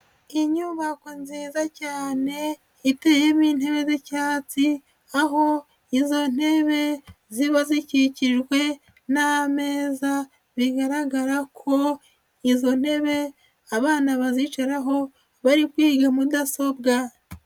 Inyubako nziza cyane iteyemo intebe z'icyatsi, aho izo ntebe ziba zikikijwe n'ameza bigaragara ko izo ntebe abana bazicaraho bari kwiga mudasobwa.